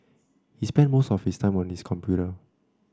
he spent most of his time on his computer